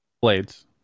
Blades